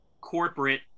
corporate